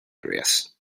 areas